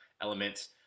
elements